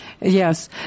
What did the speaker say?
Yes